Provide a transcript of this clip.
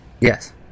Yes